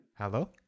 Hello